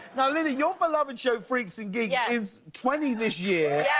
linda, your beloved show freaks and geeks is twenty this year.